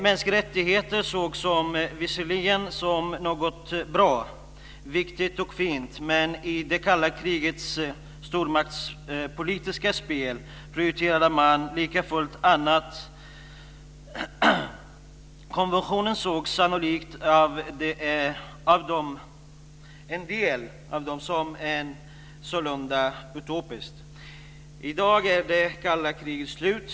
Mänskliga rättigheter sågs visserligen som något bra, viktigt och fint, men i det kalla krigets stormaktspolitiska spel prioriterade man likafullt annat. Konventionen sågs sannolikt av en del som utopisk. I dag är det kalla kriget slut.